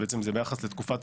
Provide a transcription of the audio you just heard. בעצם זה ביחס לתקופת